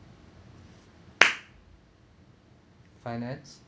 finance